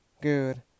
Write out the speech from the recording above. Good